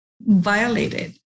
violated